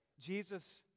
Jesus